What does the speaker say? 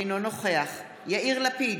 אינו נוכח יאיר לפיד,